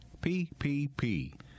PPP